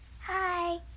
Hi